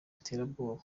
iterabwoba